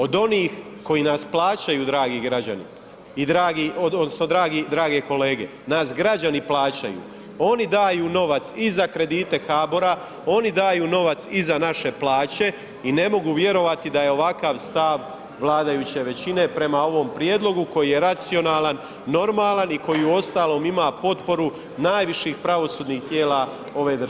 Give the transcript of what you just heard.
Od onih koji nas plaćaju dragi građani i dragi odnosno dragi, drage kolege, nas građani plaćaju, oni daju novac i za kredite HBOR-a, oni daju novac i za naše plaće i ne mogu vjerovati da je ovakav stav vladajuće većine prema ovom prijedlogu koji je racionalan, normalan i koji uostalom ima potporu najviših pravosudnih tijela ove države.